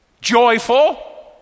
joyful